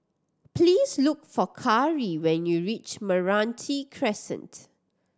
please look for Kari when you reach Meranti Crescent